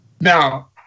Now